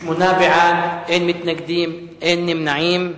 שמונה בעד, אין מתנגדים, אין נמנעים.